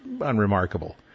unremarkable